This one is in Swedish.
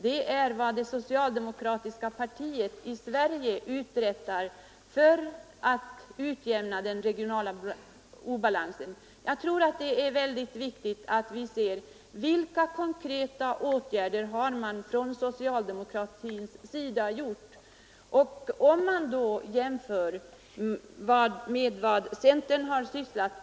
De har också sin grund i vad det socialdemokratiska partiet i Sverige uträttar för att utjämna den regionala obalansen. Jag tror att det är mycket viktigt att vi ser på vilka konkreta åtgärder socialdemokraterna har vidtagit.